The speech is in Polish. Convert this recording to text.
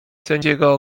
sędziego